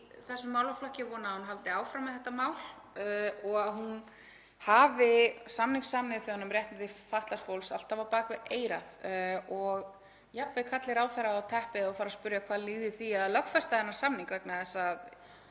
þessum málaflokki og vona að hún haldi áfram með þetta mál og að hún hafi samning Sameinuðu þjóðanna um réttindi fatlaðs fólks alltaf á bak við eyrað og kalli jafnvel ráðherra á teppið og fari að spyrja hvað líði því að lögfesta þennan samning vegna þess að